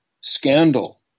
scandal